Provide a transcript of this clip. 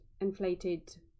inflated